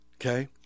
Okay